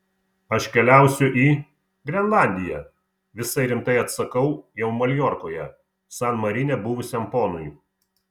aš keliausiu į grenlandiją visai rimtai atsakau jau maljorkoje san marine buvusiam ponui